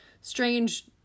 strange